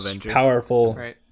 powerful